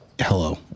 Hello